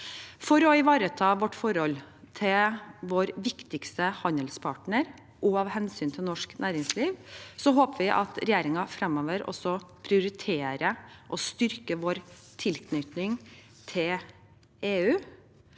For å ivareta vårt forhold til vår viktigste handelspartner og av hensyn til norsk næringsliv håper jeg at regjeringen framover også prioriterer å styrke vår tilknytning til EU,